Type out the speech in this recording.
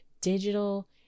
digital